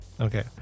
Okay